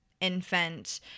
infant